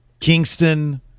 Kingston